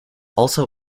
also